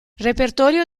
repertorio